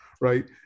Right